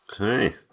Okay